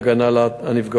להגנה על הנפגעות.